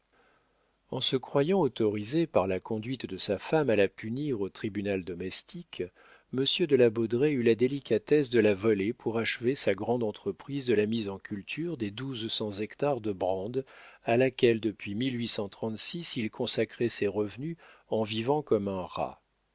en se croyant autorisé par la conduite de sa femme à la punir au tribunal domestique monsieur de la baudraye eut la délicatesse de la voler pour achever sa grande entreprise de la mise en culture des douze cents hectares de brandes à laquelle depuis il consacrait ses revenus en vivant comme un rat